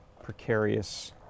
precarious